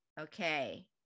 Okay